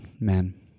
man